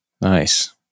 Nice